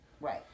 right